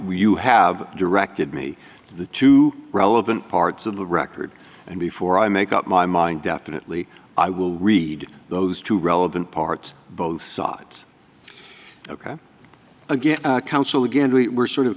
you have directed me to the two relevant parts of the record and before i make up my mind definitely i will read those two relevant parts both sides ok again counsel again we were sort of